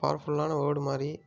பவர்ஃபுல்லான வேர்டு மாதிரி